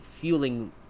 fueling